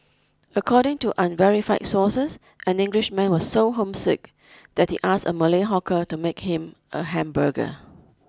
according to unverified sources an Englishman was so homesick that he asked a Malay hawker to make him a hamburger